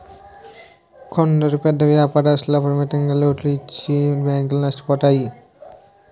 కొందరు పెద్ద వ్యాపారస్తులకు అపరిమితంగా లోన్లు ఇచ్చి బ్యాంకులు నష్టపోతాయి